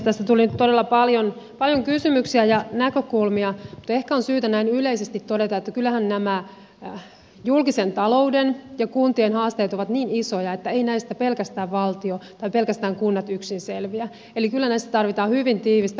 tässä tuli nyt todella paljon kysymyksiä ja näkökulmia mutta ehkä on syytä näin yleisesti todeta että kyllähän nämä julkisen talouden ja kuntien haasteet ovat niin isoja että eivät näistä pelkästään valtio tai pelkästään kunnat yksin selviä eli kyllä näissä tarvitaan hyvin tiivistä molempien yhteistyötä